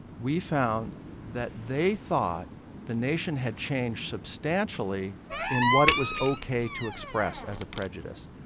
we found that they thought the nation had changed substantially in what it was ok to express as a prejudice.